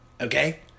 okay